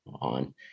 on